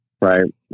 right